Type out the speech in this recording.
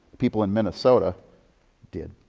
people in minnesota did.